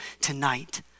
tonight